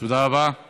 ותשובה אחת אני